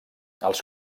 els